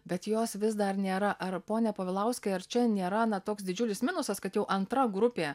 bet jos vis dar nėra ar pone povilauskai ar čia nėra na toks didžiulis minusas kad jau antra grupė